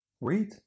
Read